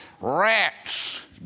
Rats